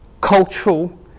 cultural